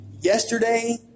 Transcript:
yesterday